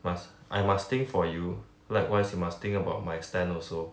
must I must think for you likewise you must think about my stand also